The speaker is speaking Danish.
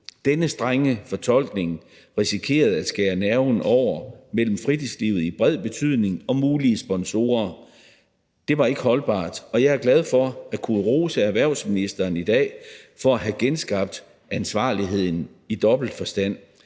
denne strenge fortolkning risikerede man at skære nerven mellem fritidslivet i bred betydning og mulige sponsorer over. Det var ikke holdbart, og jeg er glad for at kunne rose erhvervsministeren i dag for at have genskabt ansvarligheden i dobbelt forstand: